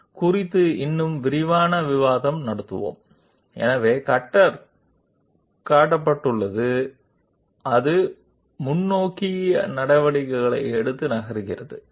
forward స్టెప్లు cutter పాత్ను వాస్తవ కర్వ్డ్ పాత్ నుండి వైదొలగించేలా చేస్తాయి మరియు ఈ ఫార్వర్డ్ స్టెప్ సెగ్మెంట్ల పొడవును పరిమితం చేసే కొన్ని ఫామ్ టాలరెన్స్లు నిర్వచించబడ్డాయి మేము దానిపై మరింత వివరంగా చర్చిస్తాము